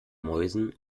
mäusen